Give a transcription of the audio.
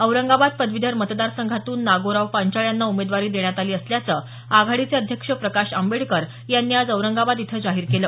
औरंगाबाद पदवीधर मतदारसंघातून नागोराव पांचाळ यांना उमेदवारी देण्यात आली असल्याचं आघाडीचे अध्यक्ष प्रकाश आंबेडकर यांनी आज औरंगाबाद इथं जाहीर केलं